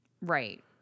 Right